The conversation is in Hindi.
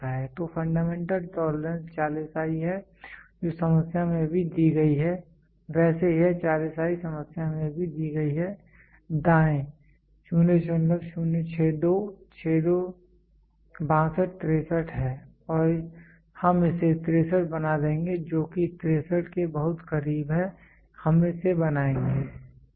तो फंडामेंटल टोलरेंस 40 i है जो समस्या में भी दी गई है वैसे यह 40 i समस्या में भी दी गई है दायें 0062 62 63 हैं हम इसे 63 बना देंगे जो कि 63 के बहुत करीब है हम इसे बनाएँगे ठीक है